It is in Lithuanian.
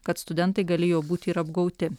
kad studentai galėjo būti ir apgauti